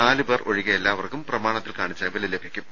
നാലു പേർ ഒഴികെ എല്ലാവർക്കും പ്രമാണത്തിൽ കാണിച്ച വില ലഭിക്കും